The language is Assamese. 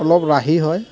অলপ ৰাহি হয়